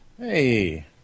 Hey